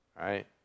right